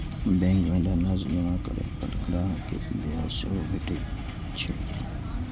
bank मे धनराशि जमा करै पर ग्राहक कें ब्याज सेहो भेटैत छैक